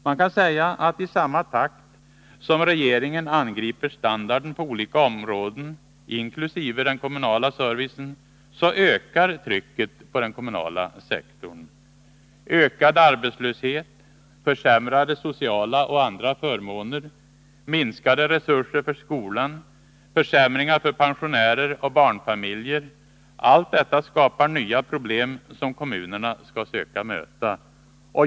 Man kan säga att i samma takt som regeringen angriper standarden på olika områden — inklusive den kommunala servicen — ökar trycket på den kommunala sektorn. Ökad arbetslöshet, försämrade sociala och andra förmåner, minskade resurser för skolan, försämringar för pensionärer och barnfamiljer — allt detta skapar nya problem som kommunerna skall söka möta.